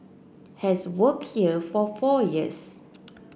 has worked here for four years